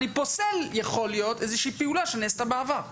יכול להיות שאני פוסל איזושהי פעולה שנעשתה בעבר.